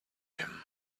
him